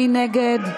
מי נגד?